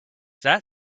that